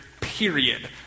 period